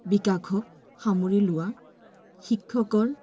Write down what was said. বিকাশক সামৰি লোৱা শিক্ষকৰ